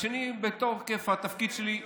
והשני זה מתוקף התפקיד שלי,